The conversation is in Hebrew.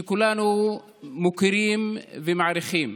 שכולנו מוקירים ומעריכים.